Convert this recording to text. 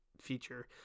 feature